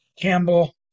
Campbell